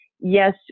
yes